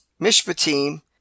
mishpatim